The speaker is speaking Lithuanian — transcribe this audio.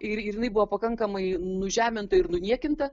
ir ir jinai buvo pakankamai nužeminta ir nuniekinta